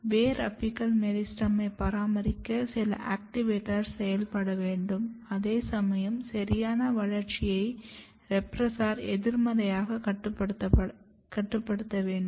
வேர் அபிக்கல் மெரிஸ்டெமைப் பராமரிக்க சில அக்டிவேட்டர் செயல்பட வேண்டும் அதேசமயம் சரியான வளர்ச்சிக்காக ரெப்ரெஸ்ஸர் எதிர்மறையாக கட்டுப்படுத்தப்பட வேண்டும்